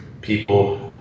people